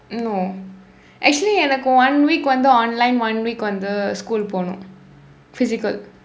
no actually எனக்கு:enakku one week வந்து:vandthu online one week வந்து:vandthu school போனோம்:poonoom physical